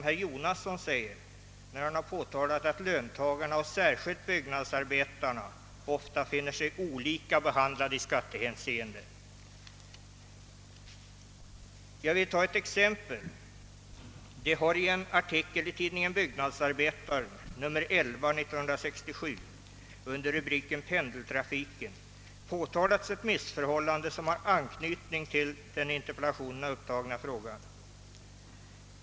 Herr Jonasson påtalade — vilket jag vill instämma i — att löntagarna — särskilt byggnadsarbetarna — ofta finner sig olika behandlade i skattehänseende. Jag vill ta ett exempel. I en artikel 1 tidningen Byggnadsarbetaren, nr 11 1967, under rubriken »Pendeltrafiken» har påtalats ett missförhållande som har anknytning till den i interpellationen upptagna frågan.